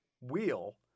wheel